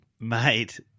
Mate